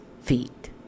feet